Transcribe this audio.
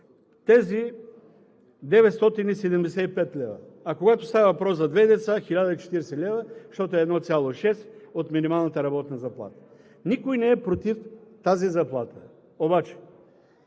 тези 975 лв., а когато става въпрос за две деца – 1040 лв., защото е 1,6 от минималната работна заплата. Никой не е против тази заплата, обаче